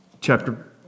chapter